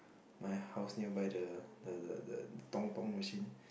my house nearby the the the machine